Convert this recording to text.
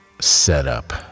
setup